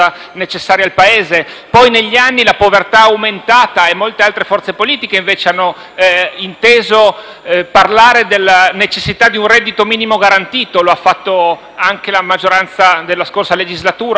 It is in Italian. Poi, negli anni, la povertà è aumentata e molte altre forze politiche invece hanno inteso parlare della necessità di un reddito minimo garantito. Lo ha fatto la maggioranza nella scorsa legislatura, con il REI,